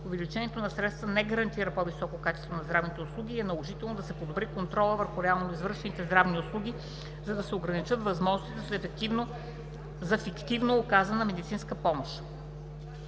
увеличаването на средствата не гарантира по-високо качество на здравните услуги и е наложително да се подобри контролът върху реално извършените здравни услуги, за да се ограничат възможностите за фиктивно оказана медицинска помощ.